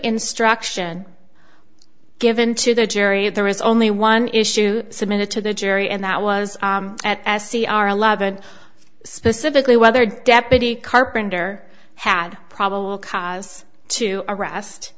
instruction given to the jury if there was only one issue submitted to the jury and that was as c r eleven specifically whether deputy carpenter had probable cause to arrest